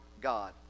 God